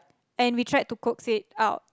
and we tried to coax it out